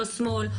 לא שמאל,